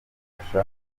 agafasha